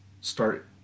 start